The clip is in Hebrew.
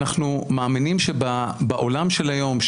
אנחנו מאמינים שבעולם של היום,